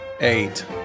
Eight